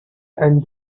and